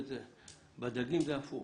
אצל הדגים זה הפוך,